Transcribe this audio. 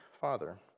father